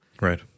right